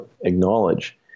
acknowledge